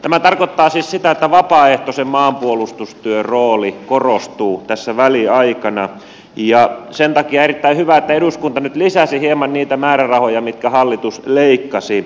tämä tarkoittaa siis sitä että vapaaehtoisen maanpuolustustyön rooli korostuu tässä väliaikana ja sen takia on erittäin hyvä että eduskunta nyt lisäsi hieman niitä määrärahoja mitkä hallitus leikkasi